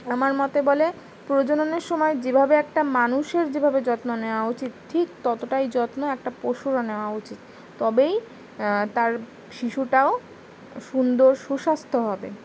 আমার মতে বলে প্রজননের সময় যেভাবে একটা মানুষের যেভাবে যত্ন নেওয়া উচিত ঠিক ততটাই যত্ন একটা পশুরও নেওয়া উচিত তবেই তার শিশুটাও সুন্দর সুস্বাস্থ্য হবে